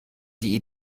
die